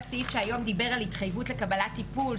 שזה הסעיף שהיום דיבר על התחייבות לקבלת טיפול,